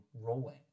rolling